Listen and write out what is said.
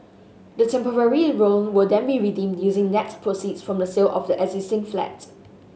the temporary loan will then be redeemed using net proceeds from the sale of the existing flat